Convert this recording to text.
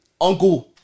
Uncle